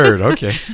okay